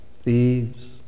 Thieves